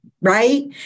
Right